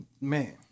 man